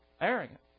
arrogant